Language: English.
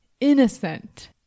Innocent